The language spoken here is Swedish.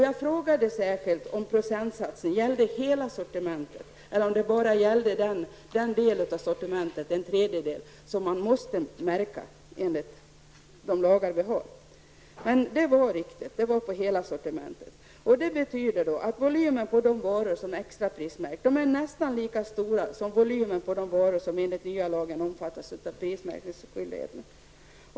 Jag frågade särskilt om procentsatsen gällde hela sortimentet eller bara den tredjedel man måste märka enligt de lagar vi har. Men den syftade på hela sortimentet. Det betyder att volymen på de varor som extraprismärks är nästan lika stor som volymen på de varor som enligt den nya lagen omfattas av prismärkningsskyldighet.